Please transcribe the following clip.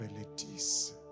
abilities